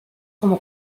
como